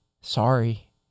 sorry